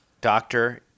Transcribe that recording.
doctor